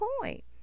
point